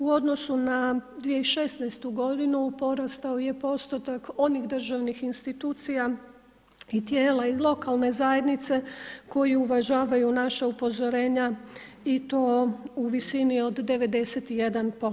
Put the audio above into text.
U odnosu na 2016. godinu porastao je postotak onih državnih institucija i tijela iz lokalne zajednice koji uvažavaju naša upozorenja i to u visini od 91%